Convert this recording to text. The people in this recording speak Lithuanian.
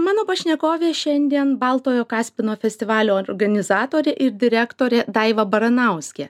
mano pašnekovė šiandien baltojo kaspino festivalio organizatorė ir direktorė daiva baranauskė